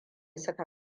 suka